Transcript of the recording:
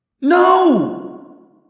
No